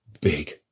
big